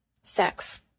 sex